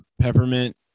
peppermint